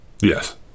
yes